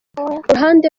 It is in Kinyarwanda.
uruhande